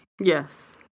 Yes